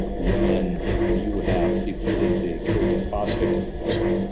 when you have depleted the creatine phosphate in the muscle,